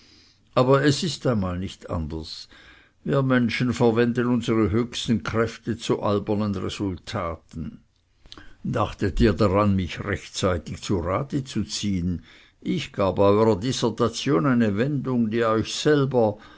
aber es ist einmal nicht anders wir menschen verwenden unsere höchsten kräfte zu albernen resultaten dachtet ihr daran mich rechtzeitig zu rate zu ziehen ich gab eurer dissertation eine wendung die euch selber